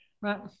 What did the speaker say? right